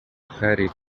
harry